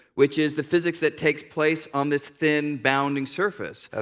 which is the physics that takes place on this thin bounding surface. ah